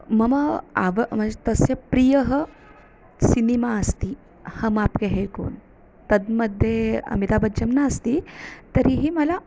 मम तस्य प्रियः सिनिमा अस्ति हम् आप् के है कोन् तद् मध्ये अमिता बच्चं नास्ति तर्हि मला